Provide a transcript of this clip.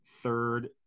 third